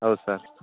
ಹೌದ್ ಸರ್